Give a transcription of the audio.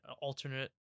alternate